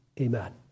Amen